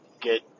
get